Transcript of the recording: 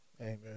Amen